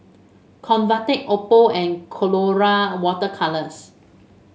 Convatec Oppo and Colora Water Colours